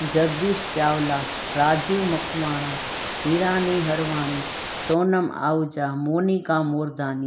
Jagdish Chawla Raju Makwana Hirani Harwani Sonam Ahuja Monika Mordani